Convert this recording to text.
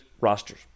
rosters